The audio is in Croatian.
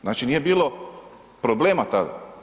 Znači nije bilo problema tada?